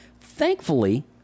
Thankfully